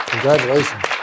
Congratulations